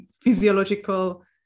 physiological